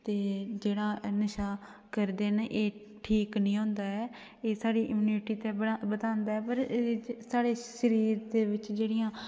ते जेह्ड़ा एह् नशा करदे न एह् ठीक नेईं होंदा ऐ एह् साढ़ी इमियूनिटी ते बढ़ा बधांदा ऐ पर एह्दे च साढ़े शरीर दे बिच्च जेह्ड़ियां